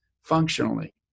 functionally